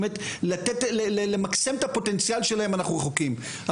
אנחנו נמצאים,